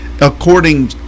according